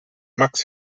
max